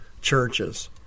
churches